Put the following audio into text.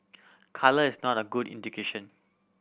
colour is not a good indication